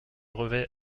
revêt